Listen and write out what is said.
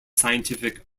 scientific